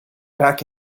back